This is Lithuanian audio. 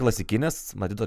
klasikinis madrido